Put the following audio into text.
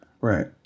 Right